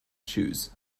choose